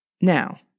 Now